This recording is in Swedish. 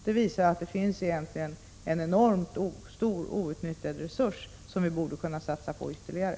Det visar att det egentligen finns en enorm outnyttjad resurs, som vi borde kunna satsa på ytterligare.